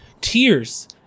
tears